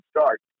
start